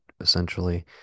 essentially